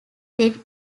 then